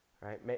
right